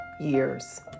years